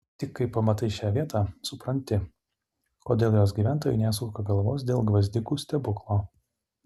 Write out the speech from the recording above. tik kai pamatai šią vietą supranti kodėl jos gyventojai nesuka galvos dėl gvazdikų stebuklo